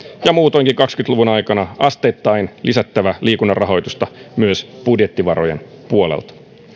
ja muutoinkin kaksikymmentä luvun aikana asteittain lisättävä liikunnan rahoitusta myös budjettivarojen puolelta